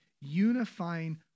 unifying